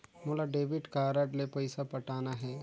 मोला debit card ले पइसा पटाना हे?